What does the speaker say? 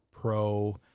pro